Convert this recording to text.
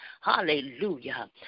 Hallelujah